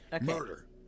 Murder